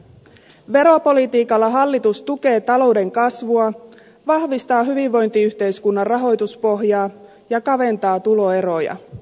veropolitiikalla hallitus tukee talouden kasvua vahvistaa hyvinvointiyhteiskunnan rahoituspohjaa ja kaventaa tuloeroja